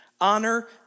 Honor